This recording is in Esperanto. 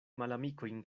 malamikojn